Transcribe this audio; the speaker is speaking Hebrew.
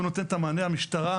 שהוא נותן את מענה המשטרה.